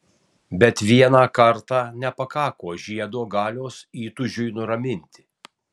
bet vieną kartą nepakako žiedo galios įtūžiui nuraminti